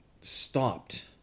stopped